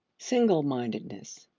single-mindedness.